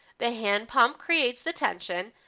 the hand pump creates the tension,